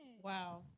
Wow